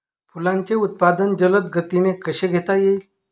फुलांचे उत्पादन जलद गतीने कसे घेता येईल?